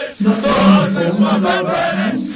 not for any forms of lower back pain?